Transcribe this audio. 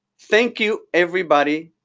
thank you, everybody,